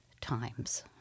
times